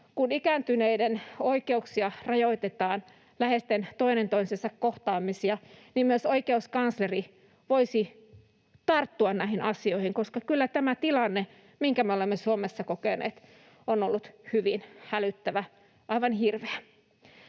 kun ikääntyneiden oikeuksia jatkossa rajoitetaan, läheisten toinen toisensa kohtaamisia, niin myös oikeuskansleri voisi tarttua näihin asioihin, koska kyllä tämä tilanne, minkä me olemme Suomessa kokeneet, on ollut hyvin hälyttävä, aivan hirveä.